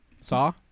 Saw